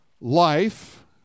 life